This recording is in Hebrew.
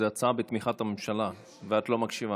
זו הצעה בתמיכת הממשלה ואת לא מקשיבה.